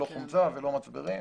לחומצה ולמצברים.